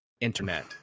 internet